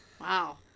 Wow